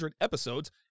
episodes